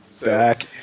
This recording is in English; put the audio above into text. Back